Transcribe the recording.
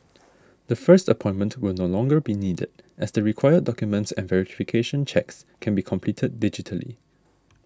the first appointment will no longer be needed as the required documents and verification checks can be completed digitally